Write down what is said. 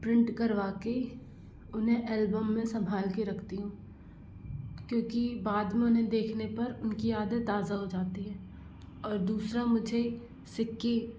print करवा के उन्हें अल्बम में संभाल के रखती हूँ क्योंकि बाद में उन्हें देखने पर पुरानी यादें ताज़ा हो जाती है और दूसरा मुझे सिक्के